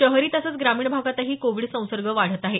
शहरी तसंच ग्रामीण भागातही कोविड संसर्ग वाढत आहे